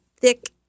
thick